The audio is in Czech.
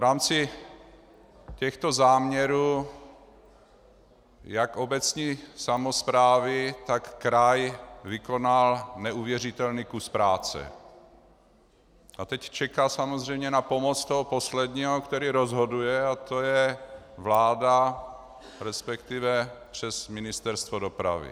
V rámci těchto záměrů jak obecní samosprávy, tak kraj vykonal neuvěřitelný kus práce a teď čeká samozřejmě na pomoc toho posledního, který rozhoduje, a to je vláda resp. přes Ministerstvo dopravy.